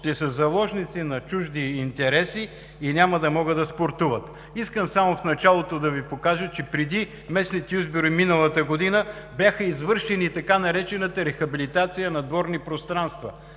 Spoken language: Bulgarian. ще са заложници на чужди интереси и няма да могат да спортуват? Искам само в началото да Ви покажа, че преди местните избори миналата година беше извършена така наречената рехабилитация на дворни пространства.